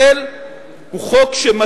הוא חוק בעד מדינת ישראל,